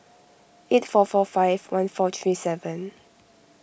eight four four five one four three seven